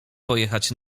pojechać